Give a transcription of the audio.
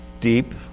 deep